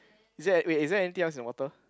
is there wait is there anything else in the water